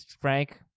frank